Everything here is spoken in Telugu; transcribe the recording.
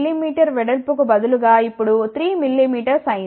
5 mm వెడల్పు కు బదులుగా ఇప్పుడు 3 mm అయ్యింది